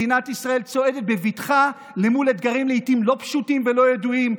מדינת ישראל צועדת בבטחה למול אתגרים לעיתים לא פשוטים ולא ידועים.